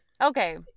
Okay